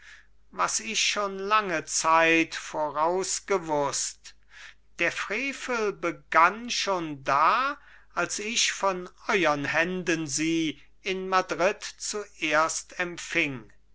was ich schon lange zeit vorausgewußt der frevel begann schon da als ich von euern händen sie in madrid zuerst empfing